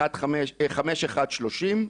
5130*,